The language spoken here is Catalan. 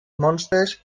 monstres